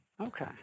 Okay